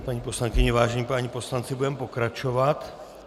Vážené paní poslankyně, vážení páni poslanci, budeme pokračovat.